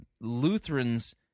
Lutherans